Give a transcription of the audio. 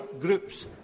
groups